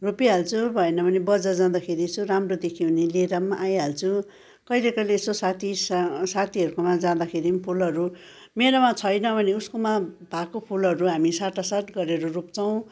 रोपिहाल्छु भएन भने बजार जाँदाखेरि यसो राम्रो देख्यो भने लिएर पनि आइहाल्छु कहिले कहिले यसो साथी साथीहरूकोमा जाँदाखेरि पनि फुलहरू मेरोमा छैन भने उसकोमा भएको फुलहरू हामी साटासाट गरेर रोप्छौँ